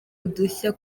udushya